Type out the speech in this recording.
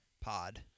pod